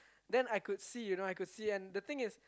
then I could see you know I could see and the thing is